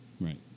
Right